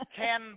ten